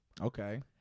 Okay